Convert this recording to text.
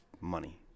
money